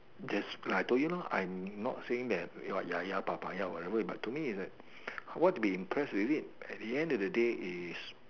just like I told you lor I'm not saying that you are ya ya Papaya or whatever but to me is that what we impressive with it at the end of the day is